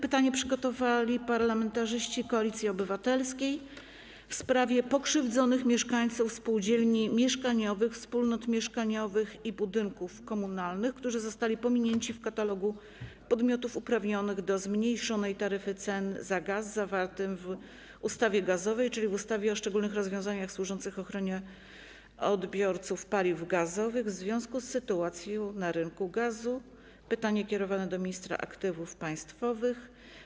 Parlamentarzyści Koalicji Obywatelskiej przygotowali pytanie w sprawie pokrzywdzonych mieszkańców spółdzielni mieszkaniowych, wspólnot mieszkaniowych i budynków komunalnych, którzy zostali pominięci w katalogu podmiotów uprawnionych do zmniejszonej taryfy cen za gaz zawartym w ˝ustawie gazowej˝, czyli w ustawie o szczególnych rozwiązaniach służących ochronie odbiorców paliw gazowych w związku z sytuacją na rynku gazu, kierowane do ministra aktywów państwowych.